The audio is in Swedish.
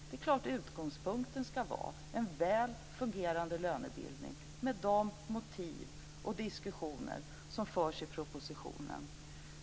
Det är klart att utgångspunkten ska vara en väl fungerande lönebildning med de motiv och diskussioner som förs i propositionen.